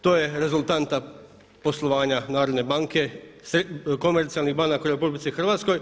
To je rezultanta poslovanja Narodne banke, komercijalnih banaka u RH.